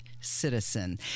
citizen